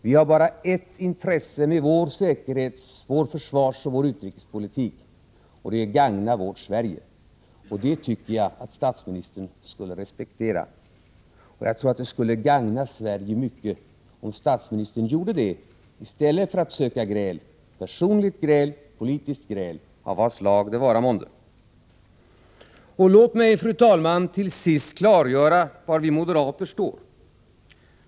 Vi har bara ett intresse med vår säkerhets-, försvarsoch utrikespolitik, och det är att gagna vårt Sverige. Det tycker jag att statsministern skulle respektera. Det skulle gagna Sverige mycket om statsministern gjorde det i stället för att söka gräl — personligt gräl, politiskt gräl eller gräl av vad slag det vara månde. Fru talman! Låt mig till sist klargöra var vi moderater står.